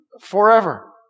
forever